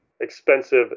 expensive